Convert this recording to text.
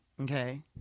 Okay